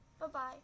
Bye-bye